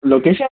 location